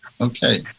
okay